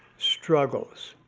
struggles,